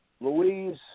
Louise